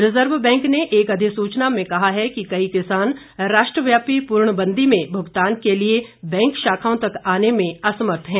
reserve bank ने एक अधिसूचना में कहा है कि कई किसान राष्ट्रव्यापी पूर्ण बंदी में भूगतान के लिए बैंक शाखाओं तक आने में असमर्थ हैं